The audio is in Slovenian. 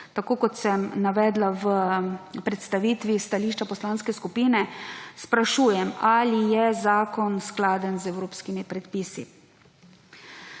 tako kot sem navedla v predstavitvi stališča poslanske skupine, še enkrat sprašujem: Ai je zakon skladen z evropskimi predpisi?